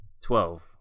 Twelve